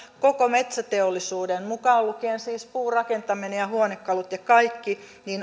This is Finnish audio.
koko metsäteollisuuden mukaan lukien siis puurakentaminen ja ja huonekalut ja kaikki